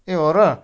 ए हो र